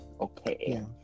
Okay